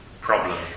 problem